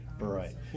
right